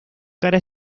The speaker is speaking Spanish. cara